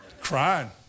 crying